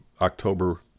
October